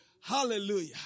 Hallelujah